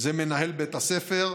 זה מנהל בית הספר.